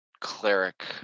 cleric